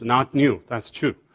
not new, that's true.